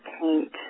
paint